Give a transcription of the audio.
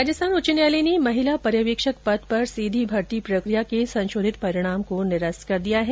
राजस्थान उच्च न्यायालय ने महिला पर्यवेक्षक पद पर सीधी भर्ती प्रक्रिया के संशोधित परिणाम को निरस्त कर दिया है